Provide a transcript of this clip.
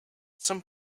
some